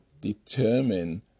determine